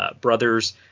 brothers